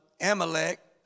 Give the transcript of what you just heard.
Amalek